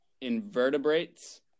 invertebrates